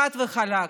חד וחלק.